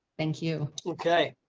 thank you. okay.